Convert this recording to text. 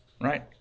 Right